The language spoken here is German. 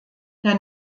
der